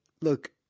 look